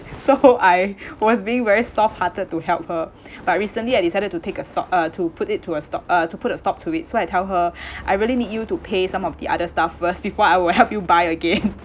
so I was being very soft hearted to help her but recently I decided to take a stock uh to put it to a stop uh to put a stop to it so I tell her I really need you to pay some of the other stuff first before I will help you buy again